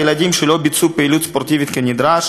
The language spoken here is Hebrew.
הילדים שלא ביצעו פעילות ספורטיבית כנדרש